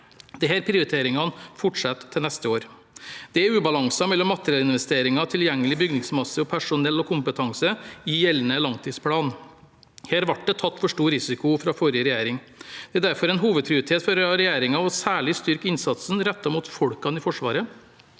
Disse prioriteringene fortsetter til neste år. Det er ubalanser mellom materiellinvesteringer, tilgjengelig bygningsmasse og personell og kompetanse i gjeldende langtidsplan. Her ble det tatt for stor risiko fra forrige regjering. Det er derfor en hovedprioritet for regjeringen særlig å styrke innsatsen rettet mot folkene i Forsvaret.